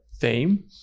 theme